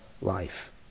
life